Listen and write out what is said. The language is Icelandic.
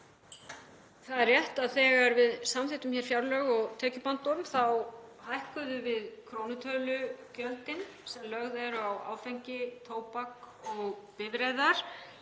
Það er rétt að þegar við samþykktum hér fjárlög og tekjubandorm þá hækkuðum við krónutölugjöldin sem lögð eru á áfengi, tóbak, bifreiðar